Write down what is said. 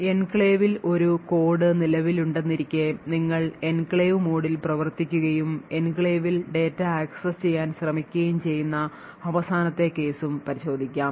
എൻക്ലേവിൽ ഒരു കോഡ് നിലവിലുണ്ടെന്നിരിക്കെ നിങ്ങൾ എൻക്ലേവ് മോഡിൽ പ്രവർത്തിക്കുകയും എൻക്ലേവിൽ ഡാറ്റ ആക്സസ് ചെയ്യാൻ ശ്രമിക്കുകയും ചെയ്യുന്ന അവസാനത്തെ കേസും പരിശോധിക്കാം